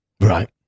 Right